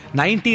90